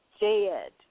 dead